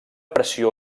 pressió